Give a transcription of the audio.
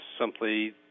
simply